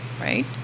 right